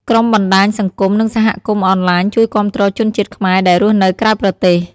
ក្រុមបណ្តាញសង្គម និងសហគមន៍អនឡាញជួយគាំទ្រជនជាតិខ្មែរដែលរស់នៅក្រៅប្រទេស។